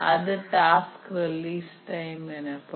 அது task release time எனப்படும்